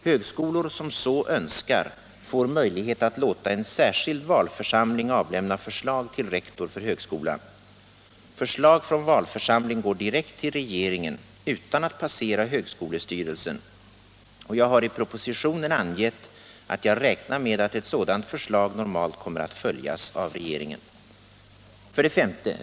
Högskolor som så önskar får möjlighet att låta en särskild valförsamling avlämna förslag till rektor för högskolan. Förslag från valförsamling går direkt till regeringen utan att passera högskolestyrelsen, och jag har i propositionen angett att jag räknar med att ett sådant förslag normalt kommer att följas av regeringen. 5.